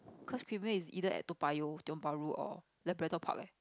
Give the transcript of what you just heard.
cause creamier is either at Toa-Payoh Tiong Bahru or Labrador Park eh